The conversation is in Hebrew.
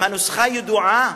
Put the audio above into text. אם הנוסחה ידועה,